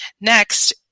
Next